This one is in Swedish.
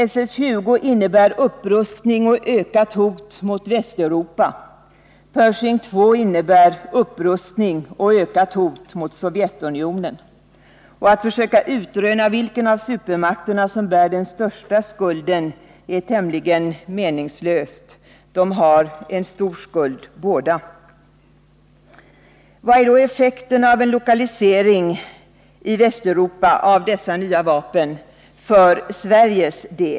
SS-20 innebär upprustning och ökat hot mot Västeuropa — Pershing II innebär upprustning och ökat hot mot Sovjetunionen. Att försöka utröna vilken av supermakterna som bär den största skulden är tämligen meningslöst. De har stor skuld båda. Vilka är då effekterna för Sveriges del av en lokalisering i Västeuropa av dessa nya vapen?